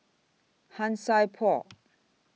Han Sai Por